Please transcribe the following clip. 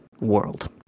world